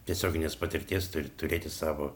tiesioginės patirties tu turėti savo